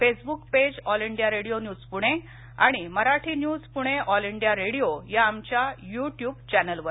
Facebook page All India Radio news Pune आणि Marathi news Pune All India Radio या आमच्या YouTube चॅनेलवर